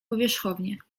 powierzchownie